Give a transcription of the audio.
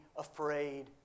Afraid